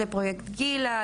לפרויקט גילה,